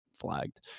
flagged